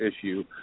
issue